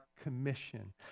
commission